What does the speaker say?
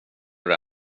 för